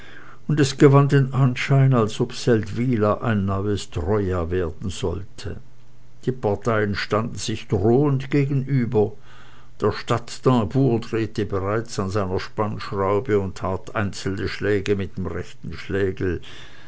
und es gewann den anschein als ob seldwyla ein neues troja werden sollte die parteien standen sich drohend gegenüber der stadttambour drehte bereits an seiner spannschraube und tat einzelne schläge mit dem rechten schlegel